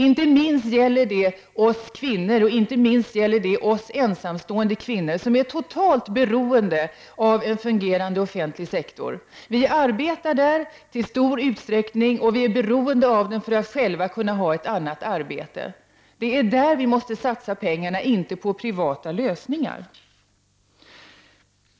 Inte minst gäller det oss kvinnor, och inte minst gäller det oss ensamstående kvinnor som är totalt beroende av en fungerande offentlig sektor. Vi arbetar i stor utsträckning där, och vi är beroende av den för att själva kunna ha ett annat arbete. Det är där som vi måste satsa pengarna och inte på privata lösningar.